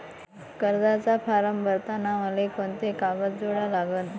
कर्जाचा फारम भरताना मले कोंते कागद जोडा लागन?